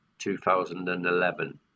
2011